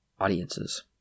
audiences